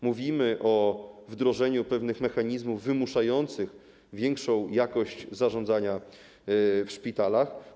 Mówimy o wdrożeniu pewnych mechanizmów wymuszających większą jakość zarządzania w szpitalach.